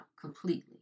completely